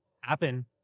happen